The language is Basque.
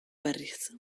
berriz